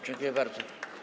Dziękuję bardzo.